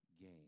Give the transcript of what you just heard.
gain